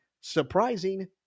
surprising